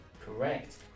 Correct